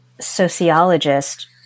sociologist